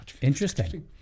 interesting